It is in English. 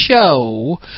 show